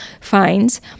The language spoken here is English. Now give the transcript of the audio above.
fines